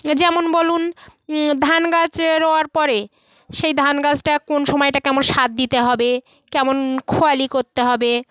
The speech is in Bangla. যেমন বলুন ধান গাছ রোয়ার পরে সেই ধান গাছটা কোন সময়টা কেমন সাদ দিতে হবে কেমন খোয়ালি করতে হবে